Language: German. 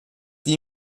die